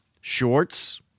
shorts